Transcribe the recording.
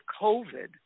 COVID